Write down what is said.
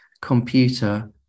computer